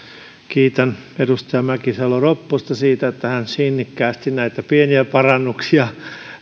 kiitän edustaja mäkisalo ropposta siitä että hän sinnikkäästi näitä pieniä parannuksia